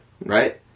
right